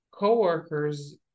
Co-workers